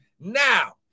Now